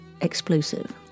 explosive